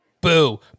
Boo